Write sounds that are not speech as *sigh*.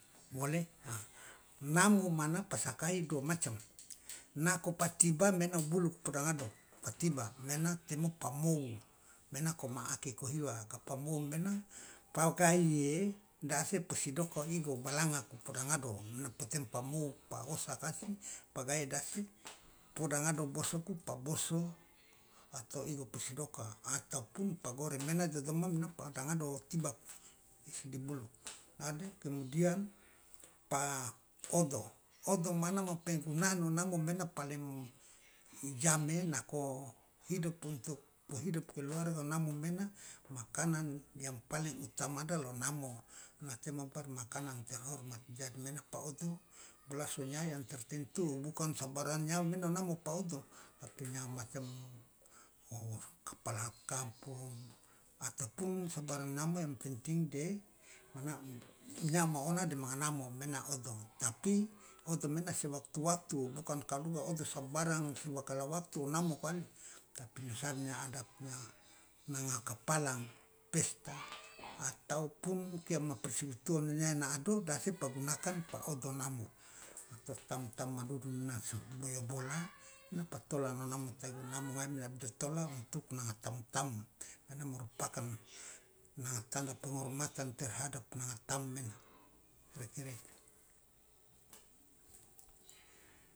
*unintelligible* namo mana pasakai dua macam nako pa tiba mena o bulu poda ngado pa tiba mena temo pa mou mena koma ake ko hiwa kapa mou mena pao kahiye de ase posi doko igo balangaku poda ngado mena po temo pa mou pa wosa kasi pagae dasi *noise* poda ngado bosoku pa boso *hesitation* atau igo posi doka ataupun pa goreng maena idodoma mena poda ngado tibaku isi di bulu *noise* kemudian pa *hesitation* odo odo mane ma penggunaan o namo mane paling jame nako hidup untuk pohidup keluarga namo maena makanan yang paling utama adalah o namo ona temo bar makanan terhormat jadi maena po odo bilasu nyawa yang tertentu bukan sabarang nyawa maena namo pa odo tapi nyawa macam *hesitation* o kapala kampung ataupun sabarang namo yang penting de mana *hesitation* nyawa ma ona demanga namo mane odo tapi odo maena sewaktu waktu bukan kaduga odo sabarang cuma kala waktu o namo kali tapi misalnya ada punya nanga kapala pesta ataupun kiama *unintelligible* maena na ado de ase pa gunakan pa odo namo atau tamu tamu madudunu nako yo bola pa tola namo tagi namo ngai mia tola untuk nanga tamu tamu mena merupakan nanga tanda penghormatan terhadap nanga tamu mena.